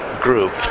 group